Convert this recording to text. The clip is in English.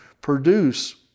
produce